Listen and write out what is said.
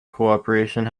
cooperation